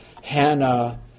Hannah